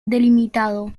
delimitado